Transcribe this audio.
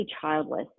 childless